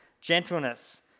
gentleness